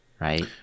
right